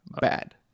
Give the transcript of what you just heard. bad